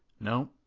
no